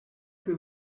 que